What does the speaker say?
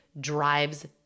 drives